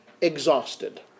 exhausted